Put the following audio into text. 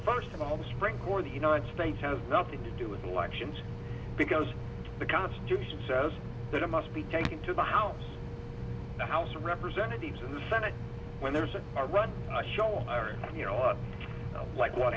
first of all the spring for the united states has nothing to do with elections because the constitution says that it must be taken to the house the house of representatives in the senate when there's a run ashore like what